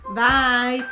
Bye